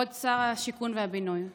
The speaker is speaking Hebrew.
כבוד שר הבינוי והשיכון,